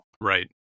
Right